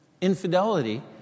infidelity